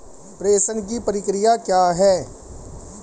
प्रेषण की प्रक्रिया क्या है?